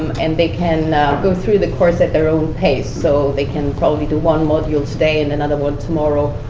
um and they can go through the course at their own pace. so they can probably do one module today, and another one tomorrow,